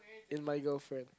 in my girlfriend